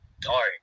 dark